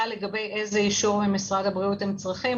לגבי איזה אישור ממשרד הבריאות הם צריכים,